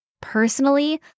Personally